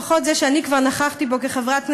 לפחות זה שאני כבר נכחתי בו כחברת כנסת,